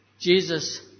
Jesus